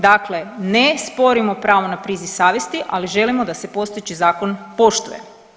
Dakle, ne sporimo pravo na priziv savjesti ali želimo da se postojeći zakon poštuje.